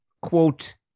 quote